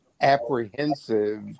apprehensive